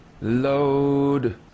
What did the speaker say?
Load